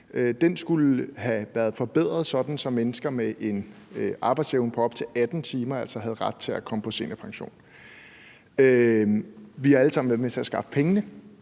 Den skulle have været forbedret, sådan så mennesker med en arbejdsevne på op til 18 timer havde ret til at komme på seniorpension. Vi har alle sammen været med til at skaffe pengene.